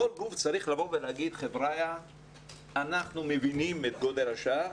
כל גוף צריך להגיד אנחנו מבינים את גודל השעה,